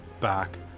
back